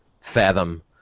fathom